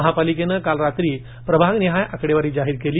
महापालिकेनं काल रात्री प्रभाग निहाय आकडेवारी जाहीर केली